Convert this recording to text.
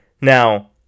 Now